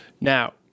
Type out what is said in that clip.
Now